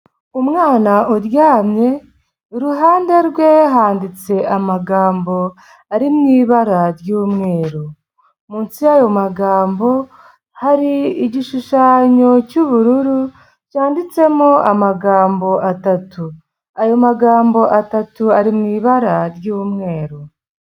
Umwana uryamye iruhande rwe handitse amagambo ari mu ibara ry'umweru, munsi y'ayo magambo hari igishushanyo cy'ubururu cyanditsemo amagambo atatu, ayo magambo atatu ari mu ibara ry'umweru.